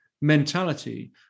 mentality